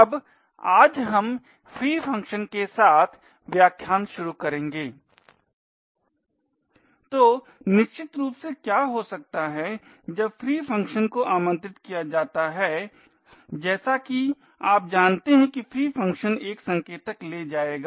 अब आज हम free फंक्शन के साथ व्याख्यान शुरू करेंगे तो निश्चित रूप से क्या हो सकता है जब free फ़ंक्शन को आमंत्रित किया जाता है जैसा कि आप जानते हैं कि free फ़ंक्शन एक संकेतक ले जाएगा